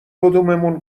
کدوممون